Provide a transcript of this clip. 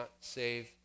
save